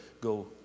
go